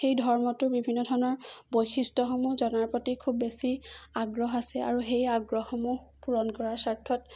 সেই ধৰ্মটোৰ বিভিন্ন ধৰণৰ বৈশিষ্ট্যসমূহ জনাৰ প্ৰতি খুব বেছি আগ্ৰহ আছে আৰু সেই আগ্ৰহসমূহ পূৰণ কৰাৰ স্বাৰ্থত